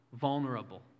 vulnerable